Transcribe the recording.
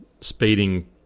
speeding